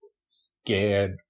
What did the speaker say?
scared